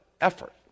effort